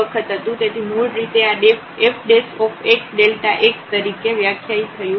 તેથી મૂળ રીતે આ f Δx તરીકે વ્યાખ્યાયિત થયું હતું